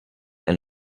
and